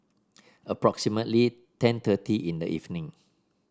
approximately ten thirty in the evening